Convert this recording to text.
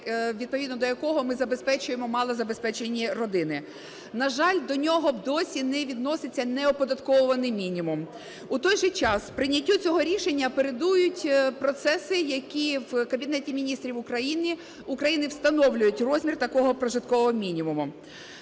відповідно до якого ми забезпечуємо малозабезпечені родини. На жаль, до нього досі не відноситься неоподатковуваний мінімум. В той же час, прийняттю цього рішення передують процеси, які в Кабінеті Міністрів України встановлюють розмір такого прожиткового мінімуму.